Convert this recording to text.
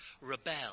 rebel